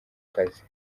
kazi